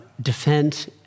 defense